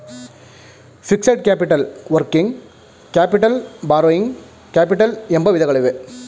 fixed capital working capital borrowing capital ಎಂಬ ವಿಧಗಳಿವೆ